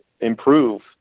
improve